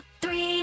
three